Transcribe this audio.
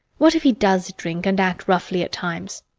what if he does drink and act roughly at times?